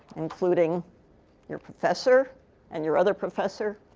including your professor and your other professor.